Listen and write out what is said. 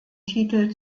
titel